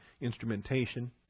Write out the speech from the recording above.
instrumentation